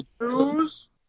News